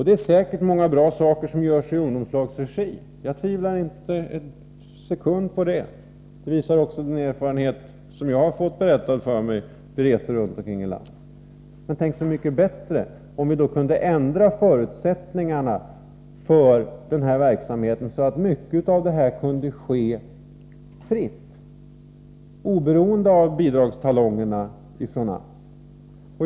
Det är säkert många bra saker som görs i ungdomslagens regi — jag tvivlar inte en sekund på det. Det visar de erfarenheter jag fått ta del av när jag rest runt ilandet. Men tänk så mycket bättre om vi kunde ändra förutsättningarna för den här verksamheten, så att mycket av detta kunde ske fritt, oberoende av bidragstalongerna från AMS.